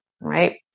right